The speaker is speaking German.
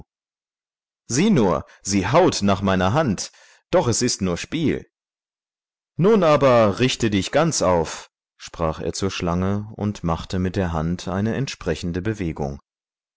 sieh nur sie haut nach meiner hand doch ist es nur spiel nun aber richte dich ganz auf sprach er zur schlange und machte mit der hand eine entsprechende bewegung